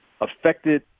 affected